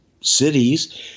cities